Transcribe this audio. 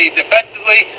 defensively